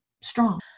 strong